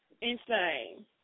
Insane